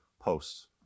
posts